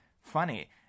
funny